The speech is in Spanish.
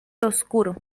oscuro